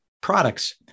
products